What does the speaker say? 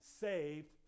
saved